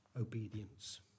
obedience